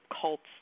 cults